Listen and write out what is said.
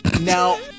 Now